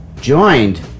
joined